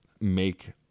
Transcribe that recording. make